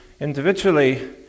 individually